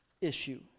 issue